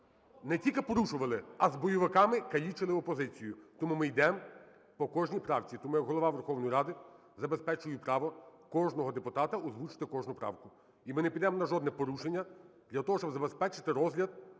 не тільки порушували, а з бойовиками калічили опозицію. Тому ми йдемо по кожній правці. Тому я як Голова Верховної Ради забезпечую право кожного депутата озвучити кожну правку. І ми не підемо на жодне порушення для того, щоб забезпечити розгляд